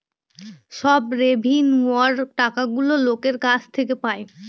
সব রেভিন্যুয়র টাকাগুলো লোকের কাছ থেকে পায়